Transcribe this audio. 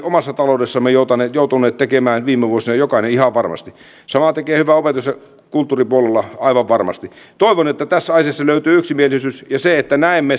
omassa taloudessamme joutuneet joutuneet tekemään viime vuosina jokainen ihan varmasti sama tekee hyvää opetus ja kulttuuripuolella aivan varmasti toivon että tässä asiassa löytyy yksimielisyys ja että näemme